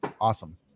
awesome